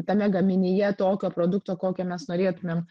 tame gaminyje tokio produkto kokį mes norėtumėm